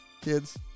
Kids